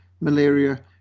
malaria